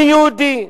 אני יהודי,